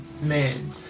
man